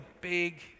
big